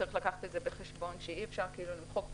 וצריך לקחת בחשבון שאי אפשר למחוק חוזים.